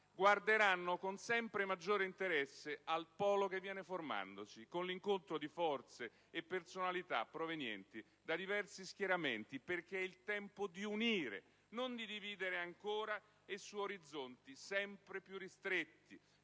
guarderanno con sempre maggiore interesse al nuovo polo che viene formandosi, con l'incontro di forze e personalità provenienti da diversi schieramenti. Perché è il tempo di unire, non di dividere ancora, e su orizzonti sempre più ristretti.